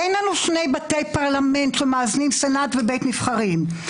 אין לנו שני בתי פרלמנט שמאזנים סנט ובית נבחרים,